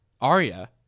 Arya